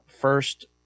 first